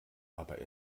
aber